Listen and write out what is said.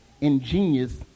ingenious